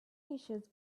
features